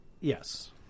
Yes